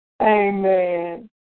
Amen